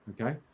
Okay